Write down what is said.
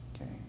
Okay